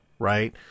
right